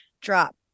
drop